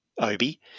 Obi